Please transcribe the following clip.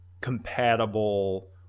Compatible